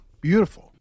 Beautiful